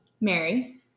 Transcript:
mary